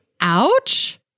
Ouch